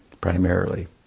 Primarily